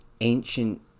ancient